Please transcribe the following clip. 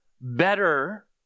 better